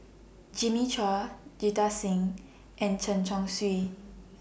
Jimmy Chua Jita Singh and Chen Chong Swee